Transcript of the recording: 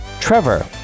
Trevor